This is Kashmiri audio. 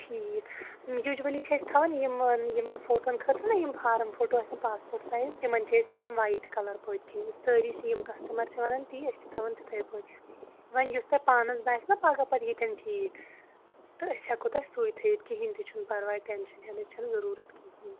ٹھیٖک یوٗجؤلی چھِ أسۍ تھاوَان یِمن یِمن فوٹوَن خٲطرٕ نا یِم فارَم فوٹو آسن پاسپوٹ سایز تِمَن چھِ أسۍ تھاوَان وایِٹ کَلَر پٔتۍ کِنۍ سٲری چھِ یِم کَسٹمَر چھِ وَنَان تی أسۍ چھِ تھاوَان تِتھے پٲٹھۍ وَنۍ یُس تۄہہِ پانَس باسہِ نا پگہہ پَتہٕ ییٚتٮ۪ن ٹھیٖک تہٕ أسۍ ہٮ۪کو تۄہہِ سُے تھٲیِتھ کِہیٖنۍ تہِ چھُنہٕ پَرواے ٹٮ۪نشَن ہٮ۪نس چھَنہٕ ضروٗرت کِہیٖنۍ